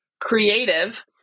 creative